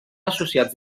associats